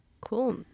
Cool